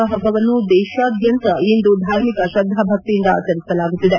ಾ ಹಬ್ಬವನ್ನು ದೇಶಾದ್ಯಂತ ಇಂದು ಧಾರ್ಮಿಕ ಶ್ರದ್ಧಾಭಕ್ತಿಯಿಂದ ಆಚರಿಸಲಾಗುತ್ತಿದೆ